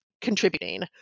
contributing